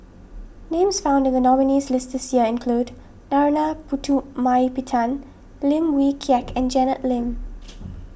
names found in the nominees list this year include Narana Putumaippittan Lim Wee Kiak and Janet Lim